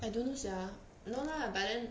I don't know no lah but then